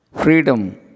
Freedom